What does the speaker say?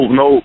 no